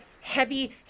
heavy